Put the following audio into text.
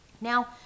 Now